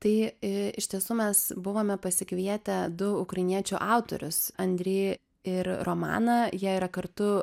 tai iš tiesų mes buvome pasikvietę du ukrainiečių autorius andry ir romaną jie yra kartu